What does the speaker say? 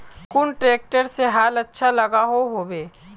कुन ट्रैक्टर से हाल अच्छा लागोहो होबे?